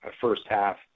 first-half